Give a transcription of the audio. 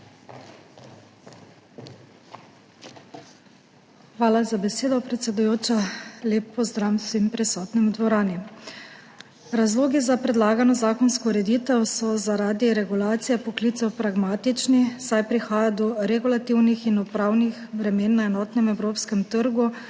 Hvala za besedo, predsedujoča. Lep pozdrav vsem prisotnim v dvorani! Razlogi za predlagano zakonsko ureditev so zaradi regulacije poklicev pragmatični, saj prihaja do regulativnih in upravnih bremen na enotnem evropskem trgu,